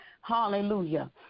Hallelujah